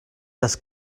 das